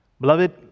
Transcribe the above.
Beloved